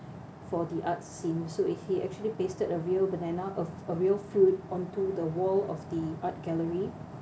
for the art scene so it he actually pasted a real banana of a real food onto the wall of the art gallery